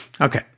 Okay